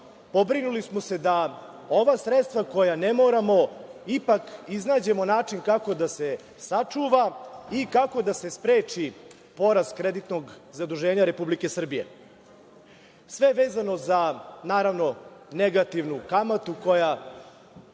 pobrinuli smo se da ova sredstava koja ne moramo, ipak iznađemo način kako da se sačuva i kako da se spreči poraz kreditnog zaduženja Republike Srbije, sve vezano za negativnu kamatu koja